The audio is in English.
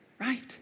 Right